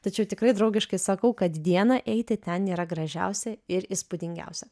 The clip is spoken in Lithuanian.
tačiau tikrai draugiškai sakau kad dieną eiti ten yra gražiausia ir įspūdingiausia